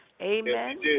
Amen